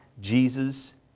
Jesus